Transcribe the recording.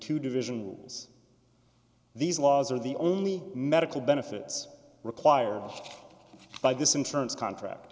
two divisions these laws are the only medical benefits required by this insurance contract